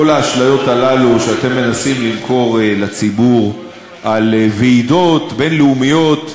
כל האשליות הללו שאתם מנסים למכור לציבור על ועידות בין-לאומיות,